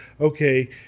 okay